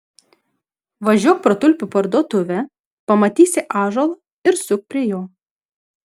važiuok pro tulpių parduotuvę pamatysi ąžuolą ir suk prie jo